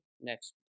next